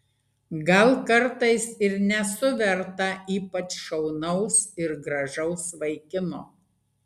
gal kartais ir nesu verta ypač šaunaus ir gražaus vaikino